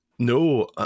No